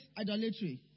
idolatry